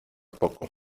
poco